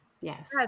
Yes